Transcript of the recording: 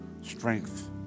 Strength